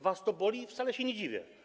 Was to boli i wcale się nie dziwię.